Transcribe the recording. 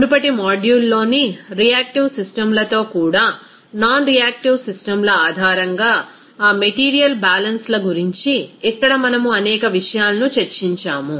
మునుపటి మాడ్యూల్లోని రియాక్టివ్ సిస్టమ్లతో కూడా నాన్రియాక్టివ్ సిస్టమ్ల ఆధారంగా ఆ మెటీరియల్ బ్యాలెన్స్ల గురించి ఇక్కడ మనము అనేక విషయాలను చర్చించాము